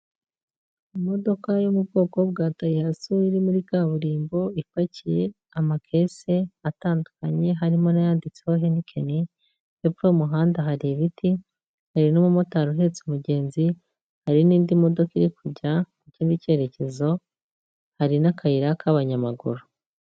Imodoka yo mu bwoko bwa Dayihatsu iri muri kaburimbo ipakiye amakesi atandukanye, harimo n'ayanditseho henikeni, hepfo y'umuhanda hari ibiti, hari n'umumotari uhetse umugenzi, hari n'indi modoka iri kujya mu kindi cyerekezo hari n'akayira k'abanyamaguru.